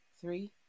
three